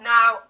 Now